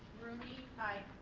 rooney? aye.